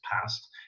past